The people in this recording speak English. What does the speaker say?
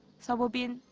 so bo-bin,